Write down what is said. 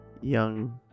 young